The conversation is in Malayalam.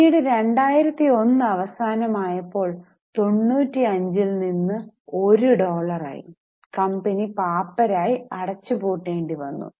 പിന്നീട് 2001 അവസാനം ആയപ്പോൾ 95ൽ നിന്ന് ഒരു ഡോളർ ആയി കമ്പനി പാപ്പരായി അടച്ചു പൂട്ടേണ്ടി വന്നു